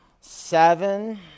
seven